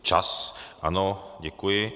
Čas ano, děkuji.